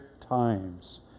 times